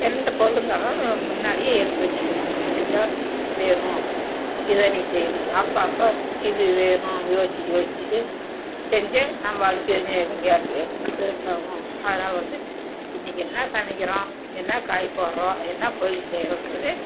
எந்த பொருள் இருந்தாலும் முன்னாடியே எடுத்து வெச்சுக்கிவோம் இதுதான் வேணும் இதை நீ செய்யணுன் அப்பப்போ இது வேணும் யோசித்து யோசிச்சுட்டு செஞ்சே நம்ம அடுப்பு எரிஞ்சுன்னு இருக்கும் கேஸ் வேஸ்ட் வேஸ்ட்டாகும் அதனால வந்து இன்றைக்கி என்ன சமைக்கிறோம் என்ன காய் போடுகிறோம் என்ன பொரியல் செய்கிறோன்றது